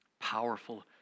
Powerful